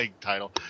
title